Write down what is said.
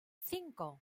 cinco